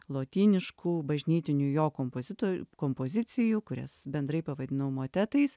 lotyniškų bažnytinių jo kompozito kompozicijų kurias bendrai pavadinau motetais